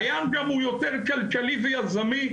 והים הוא גם יותר כלכלי ויזמי.